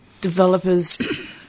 developers